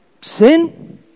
sin